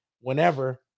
whenever